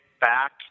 back